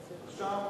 עכשיו,